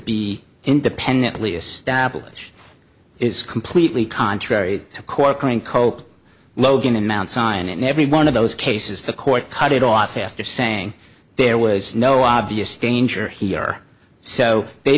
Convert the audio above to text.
be independently established is completely contrary to corcoran coke logan and mt sinai in every one of those cases the court cut it off after saying there was no obvious danger here so they